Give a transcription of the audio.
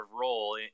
role